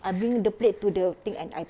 I bring the plate to the thing and I